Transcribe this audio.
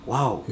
Wow